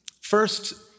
First